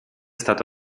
stato